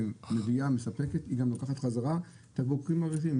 שגם מביאה ומספקת גם לוקחת חזרה את הבקבוקים הריקים.